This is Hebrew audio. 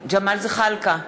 ג'מאל זחאלקה,